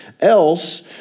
Else